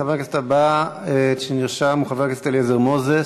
חבר הכנסת הבא שנרשם הוא חבר הכנסת אליעזר מוזס,